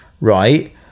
right